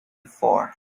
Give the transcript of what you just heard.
before